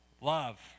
Love